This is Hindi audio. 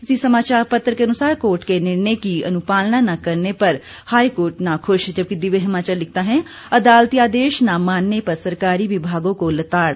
इसी समाचार पत्र के अनुसार कोर्ट के निर्णय की अनुपालना न करने पर हाईकोर्ट नाखुश जबकि दिव्य हिमाचल लिखता है अदालती आदेश न मानने पर सरकारी विभागों को लताड़